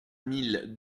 mille